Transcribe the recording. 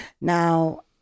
Now